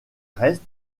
reste